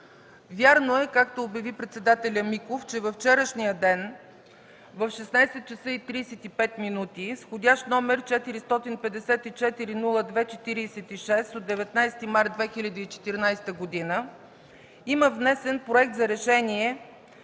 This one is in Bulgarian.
Вярно е, както обяви председателят Миков, че във вчерашния ден в 16,35 ч., с входящ № 454-02-46 от 19 март 2014 г., има внесен проект за решение,